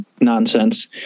nonsense